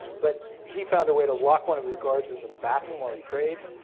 but he found a way to lock one of his guards in the bathroom while he prayed,